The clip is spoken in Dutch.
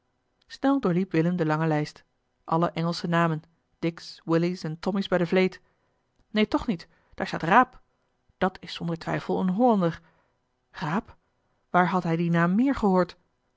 snel doorliep willem de lange lijst alle engelsche namen dick's willy's en tommy's bij de vleet neen toch niet daar staat raap dat is zonder twijfel een hollander raap waar had hij dien naam meer gehoord